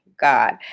God